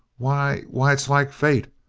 why why it's like fate,